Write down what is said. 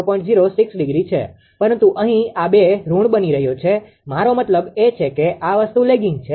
06° છે પરંતુ અહીં આ બે ઋણ બની રહ્યા છે મારો મતલબ એ છે કે આ વસ્તુ લેગીંગ છે